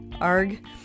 Arg